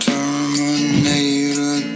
Terminator